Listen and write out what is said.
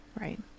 Right